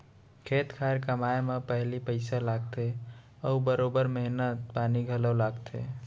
खेत खार कमाए म पहिली पइसा लागथे अउ बरोबर मेहनत पानी घलौ लागथे